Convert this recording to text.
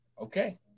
Okay